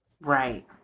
Right